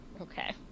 Okay